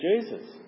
Jesus